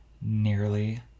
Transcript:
nearly